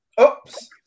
Oops